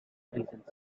reasons